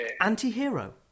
anti-hero